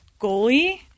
goalie